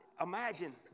imagine